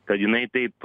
kad jinai taip